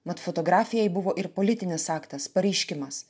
mat fotografija jai buvo ir politinis aktas pareiškimas